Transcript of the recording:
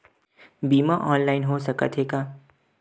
बीमा ऑनलाइन हो सकत हे का?